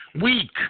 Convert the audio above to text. Weak